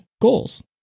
goals